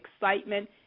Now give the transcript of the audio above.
excitement